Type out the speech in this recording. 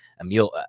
Emil